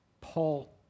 paul